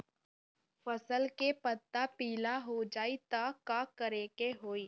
फसल के पत्ता पीला हो जाई त का करेके होई?